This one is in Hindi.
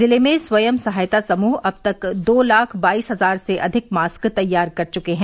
जिले में स्व सहायता समूह अब तक दो लाख बाइस हजार से अधिक मास्क तैयार कर चुके हैं